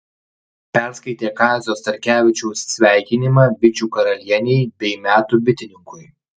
perskaitė kazio starkevičiaus sveikinimą bičių karalienei bei metų bitininkui